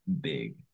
big